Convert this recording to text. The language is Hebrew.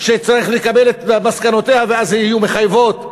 שצריך לקבל את מסקנותיה ואז הן יהיו מחייבות.